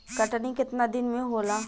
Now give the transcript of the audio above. कटनी केतना दिन में होला?